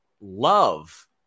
love